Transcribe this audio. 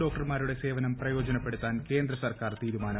ഡോക്ടർമാരുടെ സേവനം പ്രയോജനപ്പെടുത്താൻ കേന്ദ്ര സർക്കാർ തീരുമാനം